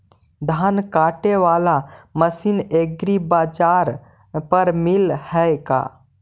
धान काटे बाला मशीन एग्रीबाजार पर मिल है का?